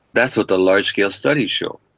that's what the large-scale studies show,